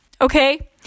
okay